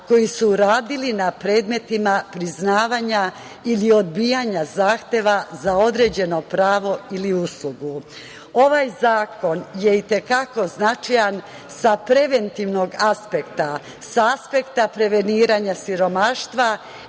koji su radili na predmetima priznavanja ili odbijanja zahteva za određeno pravo ili uslugu. Ovaj zakon je i te kako značajan sa preventivnog aspekta, sa aspekta preveniranja siromaštva